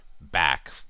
back